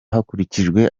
hakurikijwe